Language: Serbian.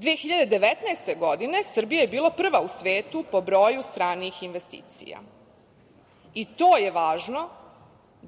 2019. Srbija je bila prva u svetu po broju stranih investicija. I to je važno